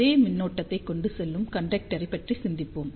அதே மின்னோட்டத்தை கொண்டு செல்லும் கண்டெக்டரை பற்றி சிந்திப்போம்